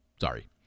Sorry